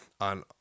on